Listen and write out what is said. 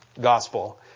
gospel